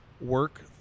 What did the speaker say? work